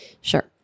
Sure